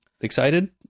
excited